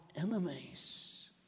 enemies